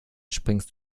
springst